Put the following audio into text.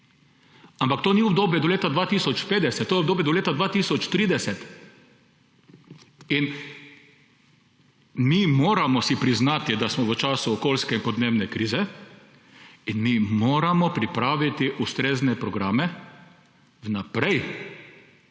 ampak to ni obdobje do leta 2050, to je obdobje do leta 2030. Mi si moramo priznati, da smo v času okoljske in podnebne krize, in mi moramo pripraviti ustrezne programe vnaprej,